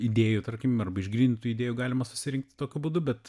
idėjų tarkim arba išgrynintų idėjų galima susirinkt tokiu būdu bet